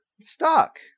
stuck